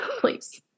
please